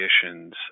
conditions